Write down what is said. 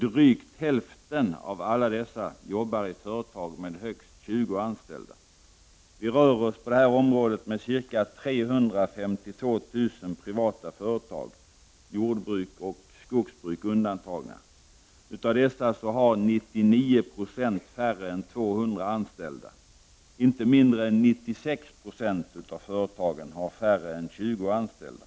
Drygt hälften av alla dessa jobbar i företag med högst 20 anställda. Det rör sig här om ca 352 000 privata företag, jordbruk och skogsbruk undantagna. Av dessa har 99 Yo färre än 200 anställda. Inte mindre än 96 96 av företagen har färre än 20 anställda.